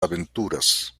aventuras